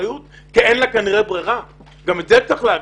אחריות כי כנראה אין לה ברירה וגם את זה צריך לומר.